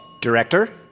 Director